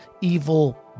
evil